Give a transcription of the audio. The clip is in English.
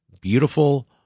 Beautiful